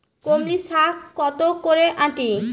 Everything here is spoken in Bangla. কলমি শাখ কত করে আঁটি?